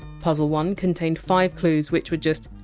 puzzle one contained five clues which were just!